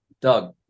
Doug